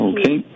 Okay